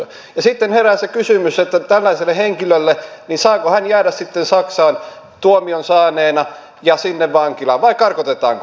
ja sitten herää se kysymys että saako tällainen henkilö jäädä saksaan tuomion saaneena vankilaan vai karkotetaanko hänet